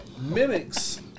mimics